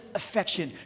affection